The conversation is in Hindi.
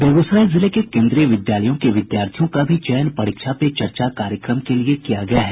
बेगूसराय जिले के केंद्रीय विद्यालयों के विद्यार्थियों का भी चयन परीक्षा पे चर्चा कार्यक्रम के लिए किया गया है